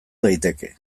daiteke